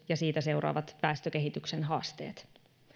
ja siitä seuraavat väestökehityksen haasteet